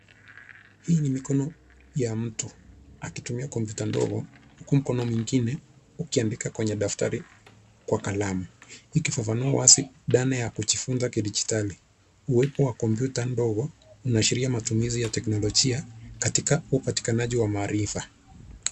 Hii ni mikono ya mtu akitumia kompyuta ndogo huku mkono mwingine ukiandika kwenye daftari kwa kalamu. Ikifaafanua wazi dhana ya kujifunza kidijitali wa kompyuta ndogo unashiria matumizi ya teknolojia katika upatakanaji wa maarifa.